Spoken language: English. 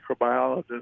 microbiologist